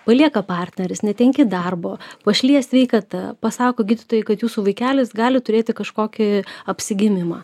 palieka partneris netenki darbo pašlyja sveikata pasako gydytojai kad jūsų vaikelis gali turėti kažkokį apsigimimą